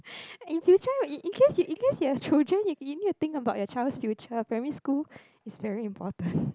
in future in case you in case you have children you you need to think about your child's future primary school is very important